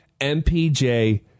MPJ